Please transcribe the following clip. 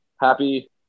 happy